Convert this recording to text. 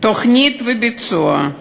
תוכנית וביצוע,